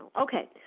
Okay